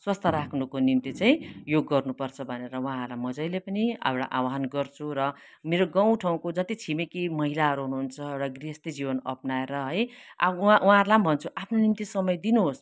स्वास्थ्य राख्नुको निम्ति चाहिँ योग गर्नुपर्छ भनेर उहाँहरूलाई म जहिले पनि एउटा आह्वान गर्छु र मेरो गाउँ ठाउँको जति पनि छिमेकी महिलाहरू हुनुहुन्छ र गृहस्ती जीवन अप्नाएर है उहाँहरूलाई पनि भन्छु आफ्नो निम्ति समय दिनुहोस्